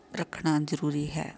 ਰੱਖਣਾ ਜ਼ਰੂਰੀ ਹੈ